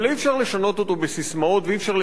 ואי-אפשר לשנות אותו בהתלהמות,